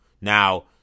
Now